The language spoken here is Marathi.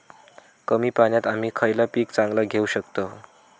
कमी पाण्यात आम्ही खयला पीक चांगला घेव शकताव?